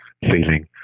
feeling